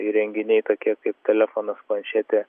įrenginiai tokie kaip telefonas planšetė